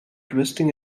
twisting